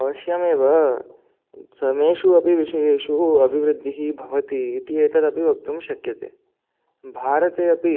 अवश्यमेव समेषु अपि विषयेषु अभिवृद्धिः भवति इति एतदपि वक्तुं शक्यते भारते अपि